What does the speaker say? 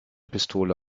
pistole